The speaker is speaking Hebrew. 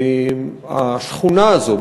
השכונה הזו,